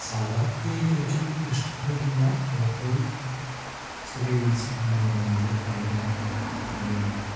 സാധാരണയായി കഴിക്കാൻ ഇഷ്ടപ്പെടുന്ന ഏറ്റവും ചെറിയ മത്സ്യം എന്ന് പറയുന്നത് ഐല മത്തി തുടങ്ങിയവയാണ്